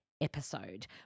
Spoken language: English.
episode